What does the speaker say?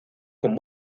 con